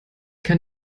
kann